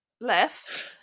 left